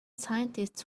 scientists